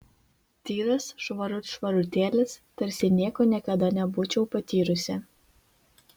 tyras švarut švarutėlis tarsi nieko niekada nebūčiau patyrusi